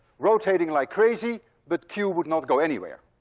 rotating like crazy, but q would not go anywhere.